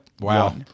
Wow